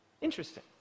Interesting